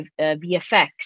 vfx